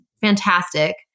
fantastic